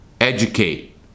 Educate